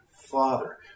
father